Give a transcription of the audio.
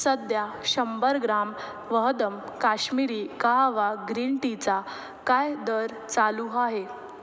सध्या शंभर ग्राम वहदम काश्मीरी काहावा ग्रीन टीचा काय दर चालू हाहे